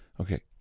Okay